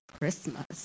Christmas